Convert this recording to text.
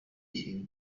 ibihe